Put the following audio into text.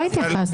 לא התייחסת לזה.